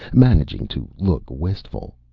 managing to look wistful.